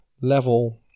level